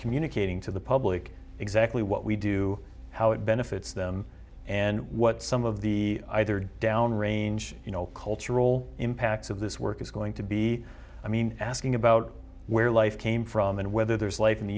communicating to the public exactly what we do how it benefits them and what some of the either downrange you know cultural impacts of this work is going to be i mean asking about where life came from and whether there's life in the